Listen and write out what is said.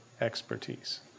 expertise